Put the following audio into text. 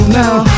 now